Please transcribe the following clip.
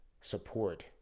support